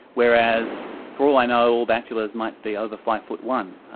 whereas for all i know all bachelors might be over five foot one.